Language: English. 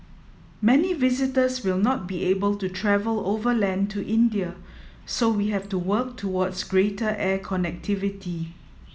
many visitors will not be able to travel overland to India so we have to work towards greater air connectivity